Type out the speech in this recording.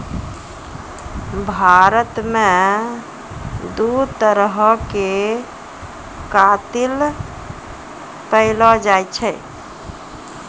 भारत मे दु तरहो के कातिल पैएलो जाय छै